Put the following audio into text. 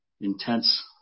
intense